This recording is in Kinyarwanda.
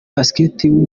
basketball